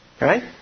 Right